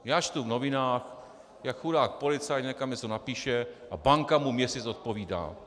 Já čtu v novinách, jak chudák policajt někam něco napíše a banka mu měsíc odpovídá.